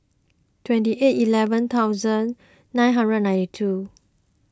twenty eight eleven hundred nine hundred and ninety two